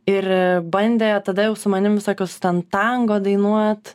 ir bandė tada jau su manim visokius ten tango dainuot